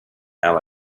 how